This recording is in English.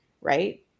Right